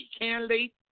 candidate